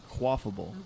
quaffable